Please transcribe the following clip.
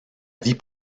vie